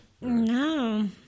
No